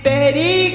Betty